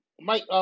Mike